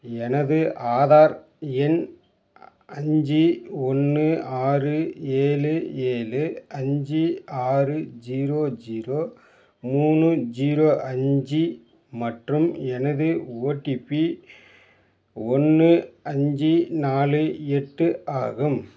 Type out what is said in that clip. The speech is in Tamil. எனது ஆதார் எண் அஞ்சு ஒன்று ஆறு ஏழு ஏழு அஞ்சு ஆறு ஜீரோ ஜீரோ மூணு ஜீரோ அஞ்சு மற்றும் எனது ஓடிபி ஒன்று அஞ்சு நாலு எட்டு ஆகும்